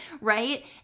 right